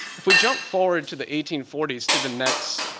if we jump forward to the eighteen forty s to the next